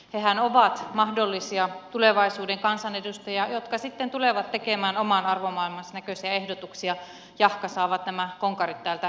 hehän ovat mahdollisia tulevaisuuden kansanedustajia jotka sitten tulevat tekemään oman arvomaailmansa näköisiä ehdotuksia jahka saavat nämä konkarit täältä syrjäytettyä